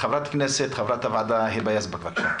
חברת כנסת, חברת הוועדה, היבה יזבק, בבקשה.